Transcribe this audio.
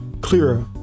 clearer